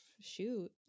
shoot